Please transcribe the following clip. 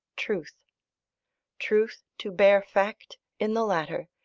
truth truth to bare fact in the latter,